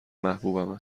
محبوبمه